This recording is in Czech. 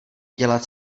dělat